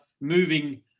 moving